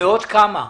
מאות כמה?